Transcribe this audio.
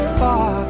far